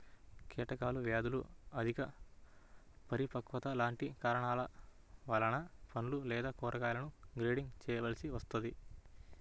కీటకాలు, వ్యాధులు, అధిక పరిపక్వత లాంటి కారణాల వలన పండ్లు లేదా కూరగాయలను గ్రేడింగ్ చేయవలసి వస్తుంది